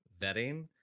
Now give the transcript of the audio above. vetting